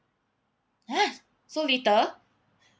!huh! so little